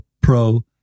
Pro